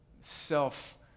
self